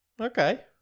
Okay